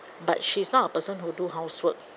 but she's not a person who do housework